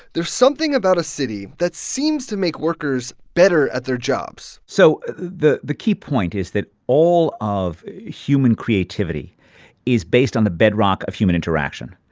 there's something about a city that seems to make workers better at their jobs so the the key point is that all of human creativity is based on the bedrock of human interaction,